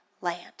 land